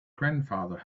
grandfather